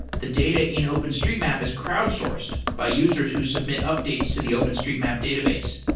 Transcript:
the data in openstreetmap is crowdsourced by users who submit updates to the openstreetmap database.